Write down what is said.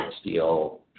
steel